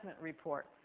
Report